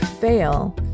Fail